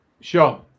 sure